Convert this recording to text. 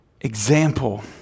example